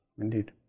Indeed